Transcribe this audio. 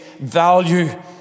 value